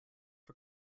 for